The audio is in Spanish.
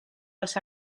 los